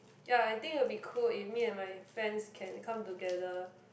ya I think it will be cool if me and my friends can come together